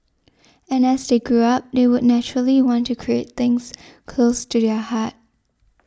and as they grew up they would naturally want to create things close to their heart